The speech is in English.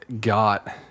got